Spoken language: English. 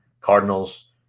Cardinals